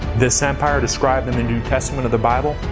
this empire, described in the new testament of the bible,